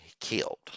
killed